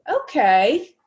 okay